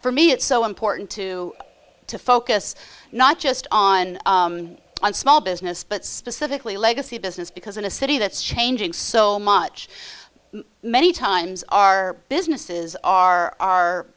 for me it's so important to to focus not just on on small business but specifically legacy business because in a city that's changing so much many times our businesses are